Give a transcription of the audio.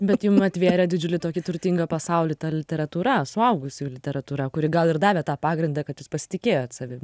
bet jum atvėrė didžiulį tokį turtingą pasaulį ta literatūra suaugusių literatūra kuri gal ir davė tą pagrindą kad jūs pasitikėjot savim